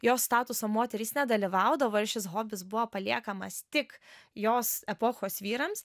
jos statuso moterys nedalyvaudavo ir šis hobis buvo paliekamas tik jos epochos vyrams